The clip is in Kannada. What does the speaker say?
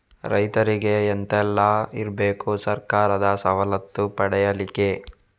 ರೈತರಿಗೆ ಎಂತ ಎಲ್ಲ ಇರ್ಬೇಕು ಸರ್ಕಾರದ ಸವಲತ್ತು ಪಡೆಯಲಿಕ್ಕೆ?